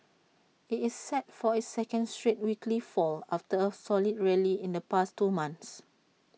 IT is set for its second straight weekly fall after A solid rally in the past two months